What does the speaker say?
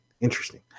Interesting